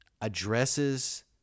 addresses